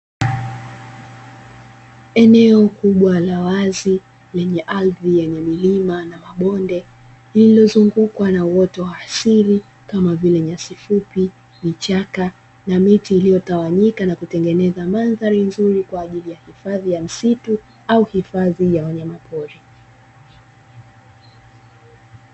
Eneo kubwa la wazi lenye ardhi ya milima na mabonde lilozungukwa na uoto wa asili kama vile nyasi fupi , vichaka na miti iliyotawanyika na kutengeneza mandhari nzuri kwa ajili ya hifadhi ya misitu au hifadhi ya wanyama pori.